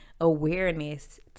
awareness